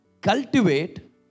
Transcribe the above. Cultivate